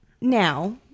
Now